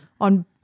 on